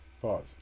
pause